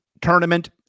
tournament